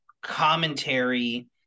commentary